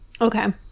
okay